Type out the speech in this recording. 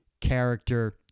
character